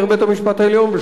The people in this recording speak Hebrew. אומר בית-המשפט העליון,